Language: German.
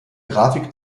grafik